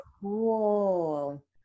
cool